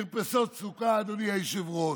מרפסות סוכה, אדוני היושב-ראש,